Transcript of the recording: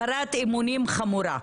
הפרת אמונים חמורה,